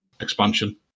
expansion